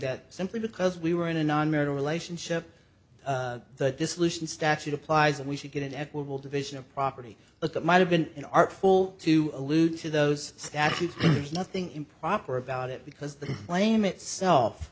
that simply because we were in a non marital relationship the dissolution statute applies and we should get it at will division of property but that might have been an artful to allude to those statutes there's nothing improper about it because the claim itself